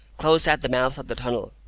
close at the mouth of the tunnel,